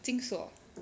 金锁